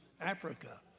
Africa